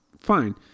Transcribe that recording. fine